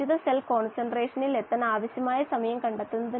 ഓക്സിജന്റെ ഉറവിടം വായുവായിരുന്നു